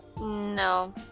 No